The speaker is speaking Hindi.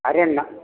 अरे ना